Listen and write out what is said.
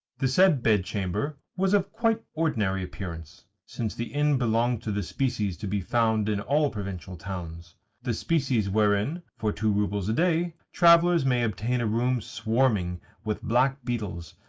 the said bedchamber was of quite ordinary appearance, since the inn belonged to the species to be found in all provincial towns the species wherein, for two roubles a day, travellers may obtain a room swarming with black-beetles,